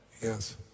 Yes